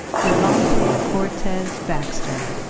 devontae cortez baxter.